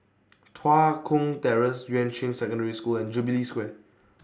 Tua Kong Terrace Yuan Ching Secondary School and Jubilee Square